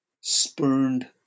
spurned